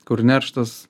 kur nerštas